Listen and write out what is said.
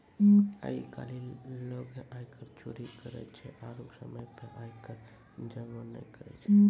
आइ काल्हि लोगें आयकर चोरी करै छै आरु समय पे आय कर जमो नै करै छै